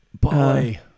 Boy